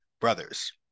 brothers